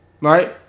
right